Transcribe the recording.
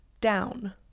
down